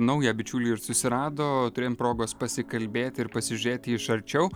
naują bičiulį ir susirado turėjom progos pasikalbėti ir pasižiūrėti iš arčiau